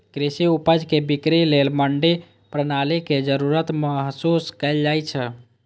कृषि उपज के बिक्री लेल मंडी प्रणालीक जरूरत महसूस कैल जाइ छै